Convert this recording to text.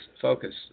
focus